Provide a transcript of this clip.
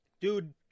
Dude